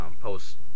post